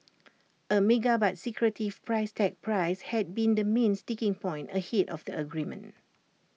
A mega but secretive price tag price had been the main sticking point ahead of the agreement